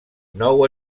nou